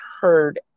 heard